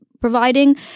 providing